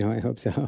i hope so.